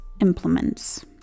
implements